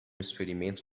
experimento